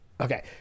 Okay